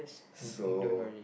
so